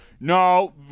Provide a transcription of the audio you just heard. No